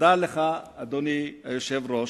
תודה לך, אדוני היושב-ראש,